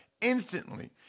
instantly